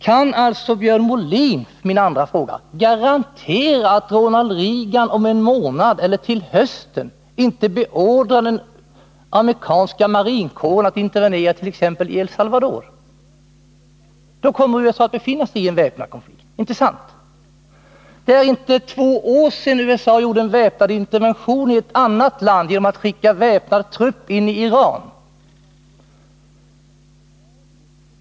Min andra fråga är: Kan alltså Björn Molin garantera att Ronald Reagan inte om en månad -— eller till hösten — beordrar den amerikanska marinkåren att intervenera t.ex. i El Salvador? Då kommer USA att befinna sig i en väpnad konflikt — inte sant? Det är inte två år sedan USA gjorde en väpnad intervention i ett annat land genom att skicka väpnad trupp in i Iran.